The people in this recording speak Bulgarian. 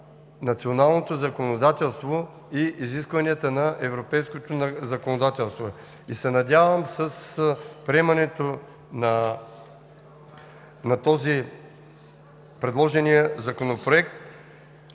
националното законодателство и изискванията на европейското законодателство. Надявам се с приемането на предложения законопроект